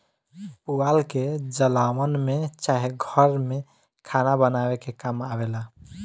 पुआल के जलावन में चाहे घर में खाना बनावे के काम आवेला